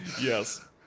yes